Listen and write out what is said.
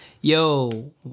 yo